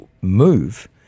move